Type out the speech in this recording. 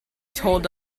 told